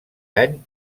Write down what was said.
any